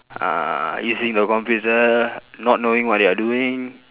uh using the computer not knowing what you are doing